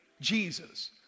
Jesus